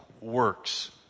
works